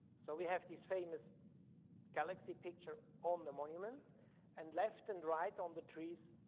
so we have this famous galaxy picture on the monument and left and right on the trees,